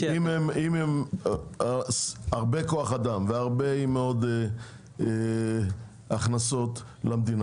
אם הם הרבה כוח אדם ועם הרבה הכנסות למדינה,